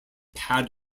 pad